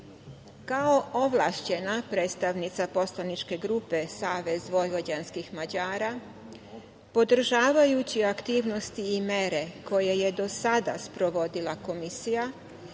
ovlašćena predstavnica poslaničke grupe Savez vojvođanskih Mađara, podržavajući aktivnosti i mere koje je do sada sprovodila Komisija,